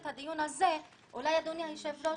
אולי אדוני היושב-ראש,